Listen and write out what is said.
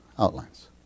outlines